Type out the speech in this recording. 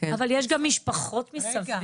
אבל יש גם משפחות מסביב.